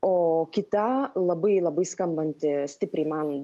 o kita labai labai skambanti stipriai man